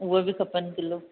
उहे बि खपनि किलो